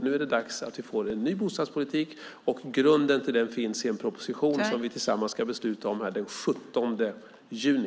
Nu är det dags att vi får en ny bostadspolitik, och grunden till den finns i en proposition som vi tillsammans ska besluta om här den 17 juni.